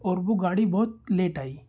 और वो गाड़ी बहुत लेट आई